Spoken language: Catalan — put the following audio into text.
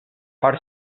per